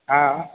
હા